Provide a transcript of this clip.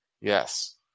Yes